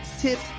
tips